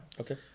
Okay